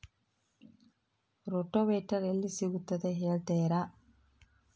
Rotavator ಎಲ್ಲಿ ಸಿಗುತ್ತದೆ ಹೇಳ್ತೇರಾ?